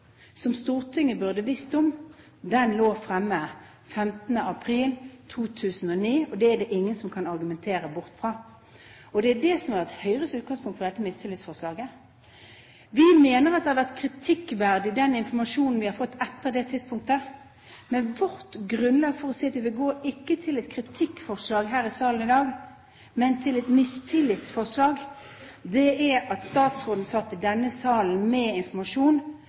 som Stortinget burde visst om, lå fremme 15. april 2009, og det er det ingen som kan argumentere seg bort fra. Og det er det som har vært Høyres utgangspunkt for dette mistillitsforslaget. Vi mener at den informasjonen vi har fått etter dette tidspunktet, har vært kritikkverdig. Men vårt grunnlag for å si at vi ikke vil gå til et kritikkforslag, men til et mistillitsforslag i salen her i dag, er at statsråden satt i denne salen med informasjon